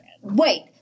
wait